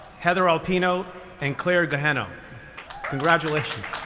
heather alpino and claire guehenno congratulations.